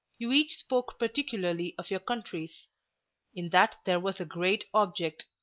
you each spoke particularly of your countries in that there was a great object,